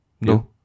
No